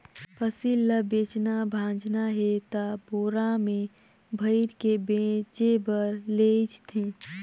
फसिल ल बेचना भाजना हे त बोरा में भइर के बेचें बर लेइज थें